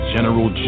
General